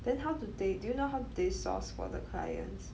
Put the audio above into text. then how do they do you know how do they source for the clients